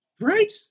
right